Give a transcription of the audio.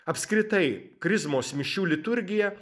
apskritai krizmos mišių liturgija